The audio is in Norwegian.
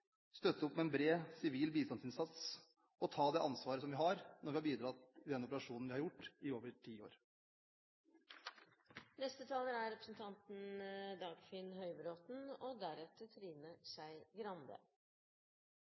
støtte opp med en bred sivil bistandsinnsats og ta det ansvaret som vi har, når vi har bidratt i den operasjonen vi har gjort, i over ti år. Når historikere diskuterer hvilke lærdommer som kan trekkes av tidligere erfaringer, er